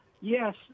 Yes